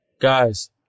guys